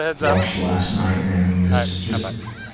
watched last night, and was just,